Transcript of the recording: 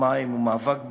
מים ומאבק באלימות,